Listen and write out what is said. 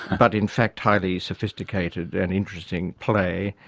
but in fact highly sophisticated and interesting play,